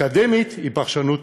ה"אבל" הראשון, על זה ההצעה לסדר-היום.